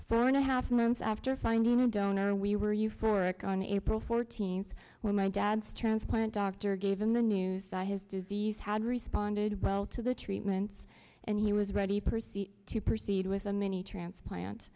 four and a half months after finding a donor and we were euphoric on april fourteenth when my dad's transplant doctor gave him the news that his disease had responded well to the treatments and he was ready proceed to proceed with a mini transplant